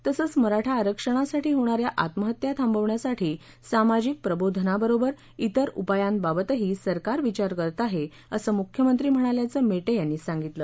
तसंच मराठा आरक्षणासाठी होणा या आत्महत्या थांबवण्यासाठी सामाजिक प्रबोधनाबरोबर इतर उपायांबाबतही सरकार विचार करत आहे असं मुख्यमंत्री म्हणाल्याचं मेटे यांनी सांगितलं